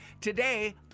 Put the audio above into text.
Today